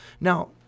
Now